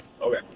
Okay